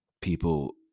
people